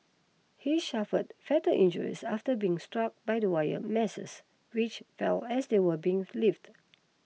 he suffered fatal injuries after being struck by the wire meshes which fell as they were being lifted